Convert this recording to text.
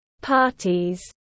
parties